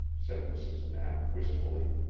said mrs. knapp wistfully.